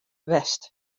west